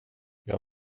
jag